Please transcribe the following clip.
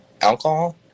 alcohol